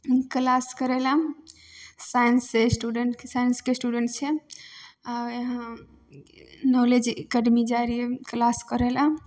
class करय लए साइंससँ स्टूडेंट साइंसके स्टूडेंट छै आ नॉलेज एकेडमी जाइ रहै क्लास करै लए